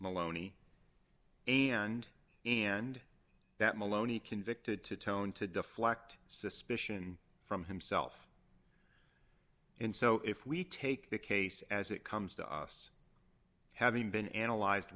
maloney and and that maloney convicted to tone to deflect suspicion from himself and so if we take the case as it comes to us having been analyzed